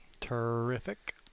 Terrific